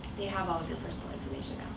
they have all of your personal information